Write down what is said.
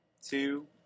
two